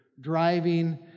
driving